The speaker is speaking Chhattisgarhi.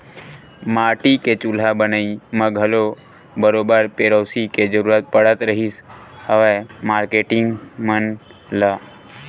माटी के चूल्हा बनई म घलो बरोबर पेरोसी के जरुरत पड़त रिहिस हवय मारकेटिंग मन ल